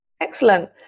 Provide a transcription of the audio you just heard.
excellent